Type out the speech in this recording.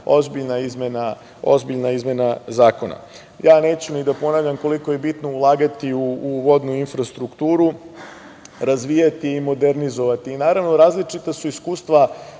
ozbiljna izmena zakona. Ja neću ni da ponavljam koliko je bitno ulagati u vodnu infrastrukturu, razvijati i modernizovati. Naravno, različita su iskustva